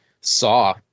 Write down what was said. Saw